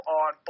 on